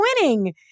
winning